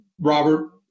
Robert